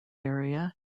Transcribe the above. area